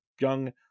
young